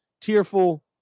tearful